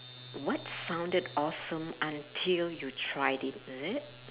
what sounded awesome until you tried it is it